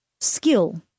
skill